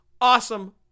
awesome